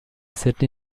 sydney